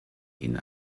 ihnen